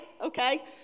Okay